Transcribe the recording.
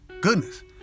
goodness